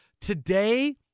Today